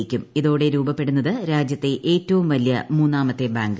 ലയിക്കും ഇതോടെ രൂപപ്പെടുന്നത് രാജ്യത്തെ ഏറ്റവും വലിയ മൂന്നാമത്തെ ബാങ്ക്